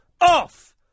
off